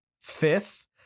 fifth